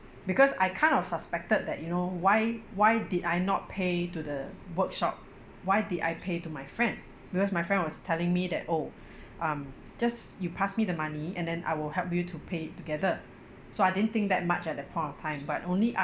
because I kind of suspected that you know why why did I not pay to the workshop why did I pay to my friend because my friend was telling me that oh um just you pass me the money and then I will help you to pay it together so I didn't think that much at that point of time but only